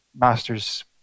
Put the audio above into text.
master's